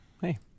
Hey